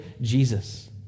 Jesus